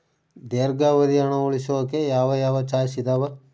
ದೇರ್ಘಾವಧಿ ಹಣ ಉಳಿಸೋಕೆ ಯಾವ ಯಾವ ಚಾಯ್ಸ್ ಇದಾವ?